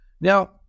Now